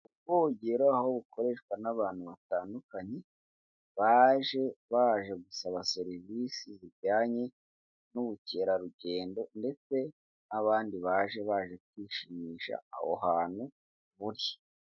Ubwogero aho bukoreshwa n'abantu batandukanye, baje baje gusaba serivisi zijyanye n'ubukerarugendo ndetse n'abandi baje baje kwishimisha aho hantu bu...